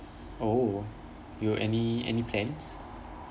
oh you got any any plans